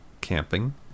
Camping